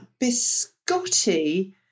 biscotti